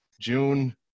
June